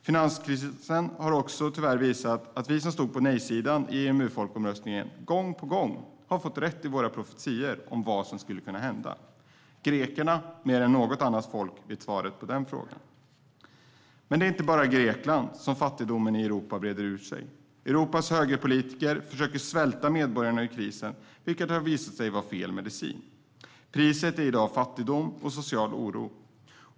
Finanskrisen har tyvärr också visat att vi som stod på nej-sidan i EMU-folkomröstningen gång efter annan har fått rätt i våra profetior om vad som skulle kunna hända. Grekerna vet bättre än något annat folk svaret på den frågan. Men det är inte bara i Grekland som fattigdomen breder ut sig i Europa. Europas högerpolitiker försöker svälta medborgarna ut ur krisen, vilket har visat sig vara fel medicin. Priset är i dag fattigdom och social oro.